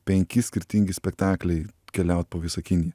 penki skirtingi spektakliai keliaut po visą kiniją